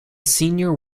senior